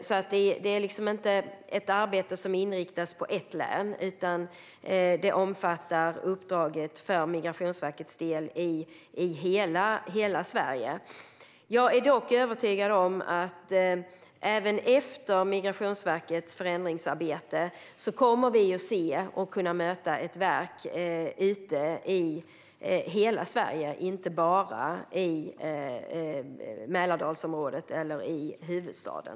Arbetet inriktas alltså inte på ett län utan omfattar Migrationsverkets uppdrag i hela Sverige. Jag är dock övertygad om att vi även efter Migrationsverkets förändringsarbete kommer att se och möta ett verk i hela Sverige, inte bara i Mälardalsområdet eller huvudstaden.